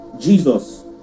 Jesus